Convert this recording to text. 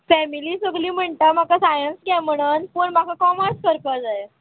family सगली म्हणटा म्हाका सायंस घे म्हणन पूण म्हाका कॉमर्स करपा जाय